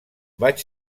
vaig